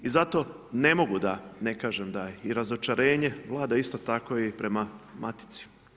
I zato ne mogu da ne kažem da i razočarenje vlada isto tako i prema Matici.